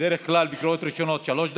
בדרך כלל בקריאות ראשונות שלוש דקות.